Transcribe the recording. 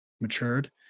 matured